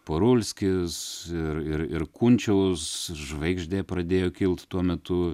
parulskis ir ir kunčiaus žvaigždė pradėjo kilt tuo metu